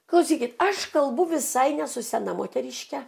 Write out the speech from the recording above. klausykit aš kalbu visai ne su sena moteriške